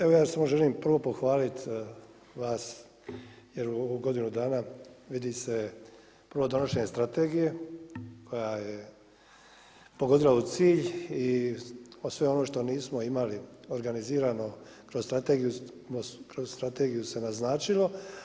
Evo ja samo želim prvo pohvaliti vas jer u ovu godinu dana vidi se prvo donošenje strategije koja je pogodila u cilj i sve ono što nismo imali organizirano kroz strategiju se naznačilo.